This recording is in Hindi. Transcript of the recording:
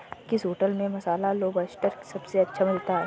किस होटल में मसाला लोबस्टर सबसे अच्छा मिलता है?